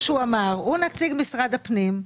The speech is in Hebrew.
נציג משרד הפנים.